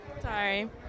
Sorry